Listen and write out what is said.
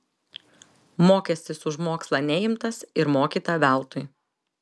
mokestis už mokslą neimtas ir mokyta veltui